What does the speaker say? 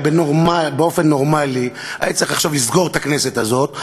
הרי באופן נורמלי היה צריך עכשיו לסגור את הכנסת הזאת,